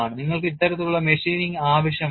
നിങ്ങൾക്ക് ഇത്തരത്തിലുള്ള മെഷീനിംഗ് ആവശ്യമാണ്